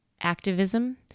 activism